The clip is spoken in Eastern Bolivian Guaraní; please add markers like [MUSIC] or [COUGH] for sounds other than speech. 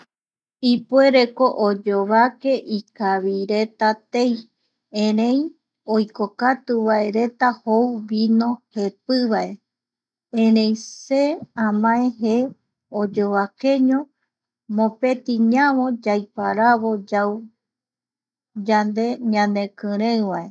Ipuereko oyovake ikavireta tei erei oikokatu vaereta jou vino jepi vae, erei se amae je oyovakeño mopeti ñavo [NOISE] yaiparavo yau yande ñanekirei va.